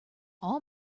all